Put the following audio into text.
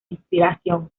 inspiración